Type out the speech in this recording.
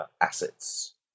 assets